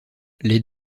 les